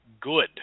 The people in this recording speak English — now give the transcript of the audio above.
good